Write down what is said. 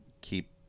keep